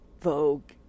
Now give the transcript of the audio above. Vogue